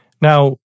Now